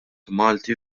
malti